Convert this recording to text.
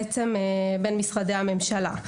בין משרדי הממשלה.